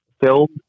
filled